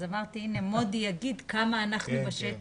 אז אמרתי שמודי סעד יכול להגיד כמה אנחנו בשטח.